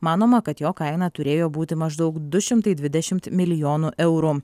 manoma kad jo kaina turėjo būti maždaug du šimtai dvidešimt milijonų eurų